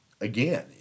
Again